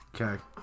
Okay